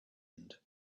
end